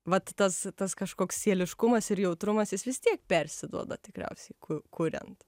vat tas tas kažkoks sieliškumas ir jautrumas jis vis tiek persiduoda tikriausiai kuriant